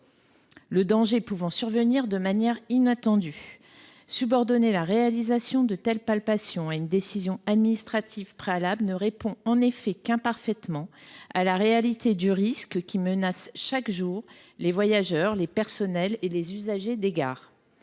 Le danger pouvant survenir de manière inattendue, le fait de subordonner la réalisation de telles palpations à une décision administrative préalable ne répond qu’imparfaitement à la réalité du risque qui menace chaque jour les voyageurs, les personnels et les usagers des gares.